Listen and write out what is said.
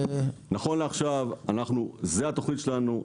נכון לעכשיו זו התוכנית שלנו,